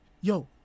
yo